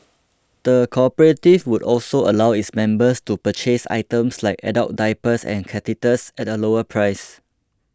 the cooperative would also allow its members to purchase items like adult diapers and catheters at a lower price